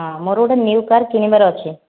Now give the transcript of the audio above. ହଁ ମୋର ଗୋଟେ ନ୍ୟୁ କାର୍ କିଣିବାର ଅଛି